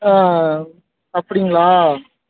அப்படிங்களா